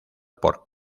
por